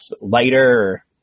lighter